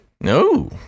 No